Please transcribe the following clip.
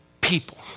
people